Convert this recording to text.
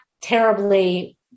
terribly